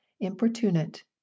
importunate